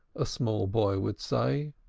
a small boy would say.